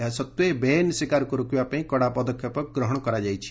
ଏହା ସତ୍ତ୍ୱେ ବେଆଇନ୍ ଶିକାରକୁ ରୋକିବା ପାଇଁ କଡ଼ା ପଦକ୍ଷେପ ନିଆଯାଇଛି